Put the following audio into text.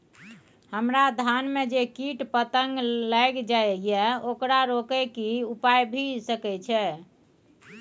हमरा धान में जे कीट पतंग लैग जाय ये ओकरा रोके के कि उपाय भी सके छै?